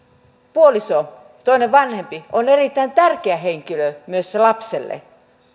puoliso toinen vanhempi on erittäin tärkeä henkilö myös lapselle